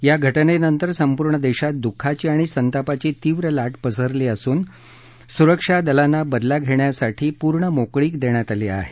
या घटनेनंतर संपूर्ण देशात दुःखाची आणि संतापाची तीव्र लाट पसरली असून सुरक्षा दलांना बदला घेण्यासाठी पूर्ण मोकळीक दिली आहे